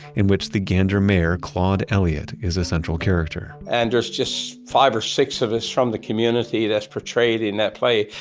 in which the gander mayor, claude elliot is a central character and there's just five or six of us in the community that's portrayed in that play.